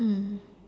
mm